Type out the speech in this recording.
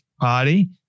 Party